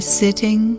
sitting